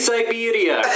Siberia